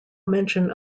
mention